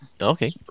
Okay